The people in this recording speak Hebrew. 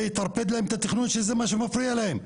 זה יטרפד להם את התכנון שזה מה שמפריע להם.